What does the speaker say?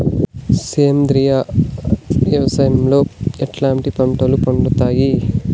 సేంద్రియ వ్యవసాయం లో ఎట్లాంటి పంటలు పండుతాయి